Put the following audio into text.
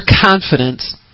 confidence